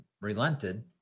relented